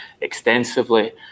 extensively